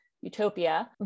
utopia